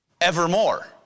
evermore